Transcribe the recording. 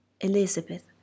Elizabeth